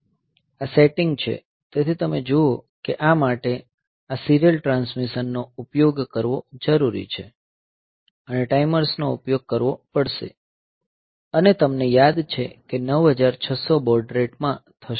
આ સેટિંગ છે તેથી તમે જુઓ કે આ માટે આ સીરીયલ ટ્રાન્સમિશન નો ઉપયોગ કરવો જરૂરી છે અને ટાઇમર્સ નો ઉપયોગ કરવો પડશે અને તમને યાદ છે કે 9600 બૉડ રેટ માં થશે